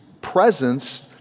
presence